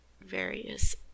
various